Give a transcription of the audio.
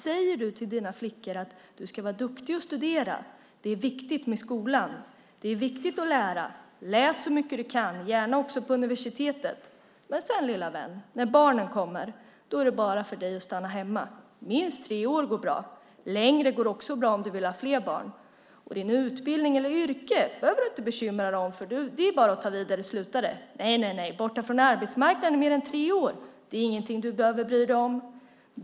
Säger du till dina flickor: Du ska vara dukig och studera, det är viktigt med skolan, det är viktigt att lära, läs så mycket du kan och gärna också på universitetet - men sedan, lilla vän, när barnen kommer, är det bara för dig att stanna hemma. Minst tre år går bra, längre går också bra om du vill ha fler barn. Din utbildning eller ditt yrke behöver du inte bekymra dig om. Det är bara att ta vid där du slutade. Nej, nej, att du är borta från arbetsmarknaden mer än tre år är inget att bekymra sig för.